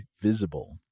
Visible